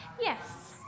Yes